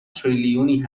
تریلیونی